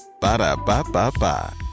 Ba-da-ba-ba-ba